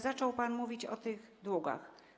Zaczął pan mówić o tych długach.